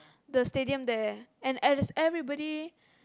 the stadium there and there's everybody